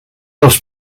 els